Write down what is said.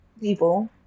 people